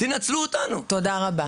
תודה רבה.